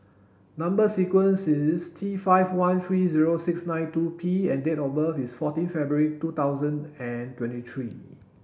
number sequence is T five one three zero six nine two P and date of birth is fourteen February two thousand and twenty three